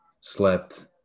slept